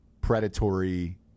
predatory